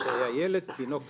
שהיה ילד, תינוק קטן,